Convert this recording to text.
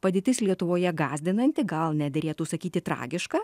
padėtis lietuvoje gąsdinanti gal nederėtų sakyti tragiška